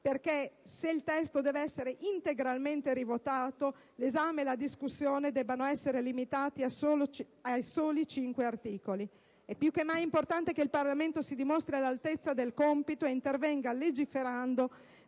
per cui, se il testo deve essere integralmente rivotato, l'esame e la discussione debbano essere limitati ai soli cinque articoli indicati dal senatore Castro. È più che mai importante che il Parlamento si dimostri all'altezza del compito e intervenga legiferando